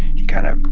he kind of,